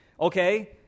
Okay